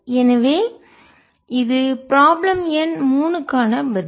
எனவே இது ப்ராப்ளம் எண் 3 க்கான பதில்